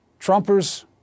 Trumpers